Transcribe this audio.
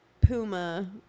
Puma